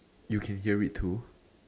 you can hear it too